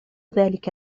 ذلك